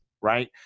right